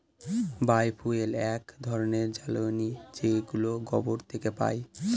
বায় fuel এক ধরনের জ্বালানী যেগুলো গোবর থেকে পাই